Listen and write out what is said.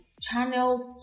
channeled